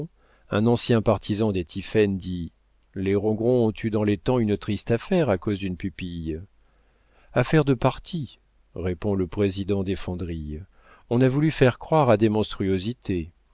un ancien partisan des tiphaine dit les rogron ont eu dans le temps une triste affaire à cause d'une pupille affaire de parti répond le président desfondrilles on a voulu faire croire à des monstruosités